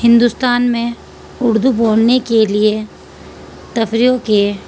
ہندوستان میں اردو بولنے کے لیے تفریحوں کے